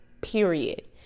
period